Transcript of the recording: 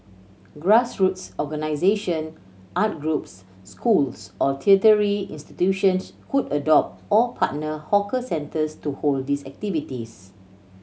grassroots organisation art groups schools or tertiary institutions could adopt or partner hawker centres to hold these activities